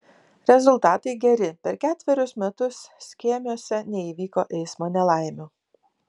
rezultatai geri per ketverius metus skėmiuose neįvyko eismo nelaimių